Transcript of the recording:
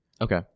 Okay